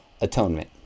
atonement